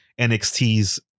NXT's